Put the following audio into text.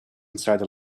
inside